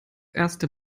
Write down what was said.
erste